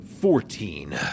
Fourteen